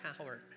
power